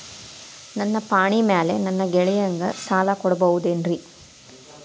ನನ್ನ ಪಾಣಿಮ್ಯಾಲೆ ನನ್ನ ಗೆಳೆಯಗ ಸಾಲ ಕೊಡಬಹುದೇನ್ರೇ?